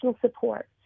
support